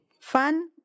Fun